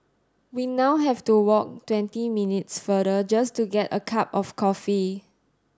we now have to walk twenty minutes farther just to get a cup of coffee